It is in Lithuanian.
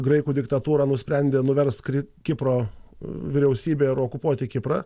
graikų diktatūra nusprendė nuverst kipro vyriausybę ir okupuoti kiprą